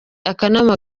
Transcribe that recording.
akanama